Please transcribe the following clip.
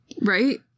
Right